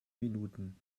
minuten